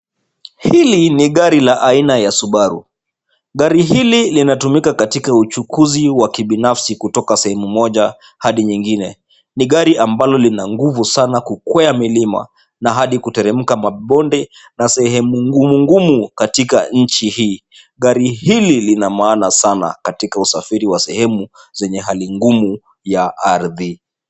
Hili ni gari la aina ya Subaru. Gari hili linatumika katika uchukuzi wa kibinafsi kutoka sehemu moja hadi nyingine. Ni gari ambalo lina nguvu sana kukwea milima na hadi kuteremka mabonde na sehemu ngumu ngumu katika nchi hii. Gari hili lina maana sana katika usafiri wa sehemu zenye hali ngumu ya ardhi.